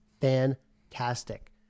Fantastic